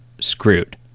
screwed